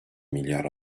milyar